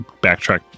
backtrack